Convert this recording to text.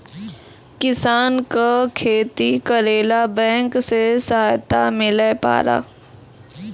किसान का खेती करेला बैंक से सहायता मिला पारा?